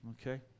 okay